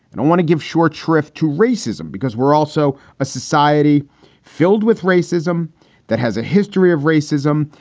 i don't want to give short shrift to racism because we're also a society filled with racism that has a history of racism,